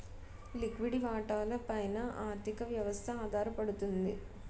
లిక్విడి వాటాల పైన ఆర్థిక వ్యవస్థ ఆధారపడుతుంది